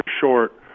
short